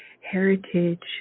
heritage